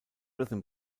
rhythm